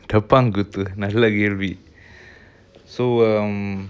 டப்பாங்குத்துநல்லகேள்வி:dapankuthu nalla kelvi so um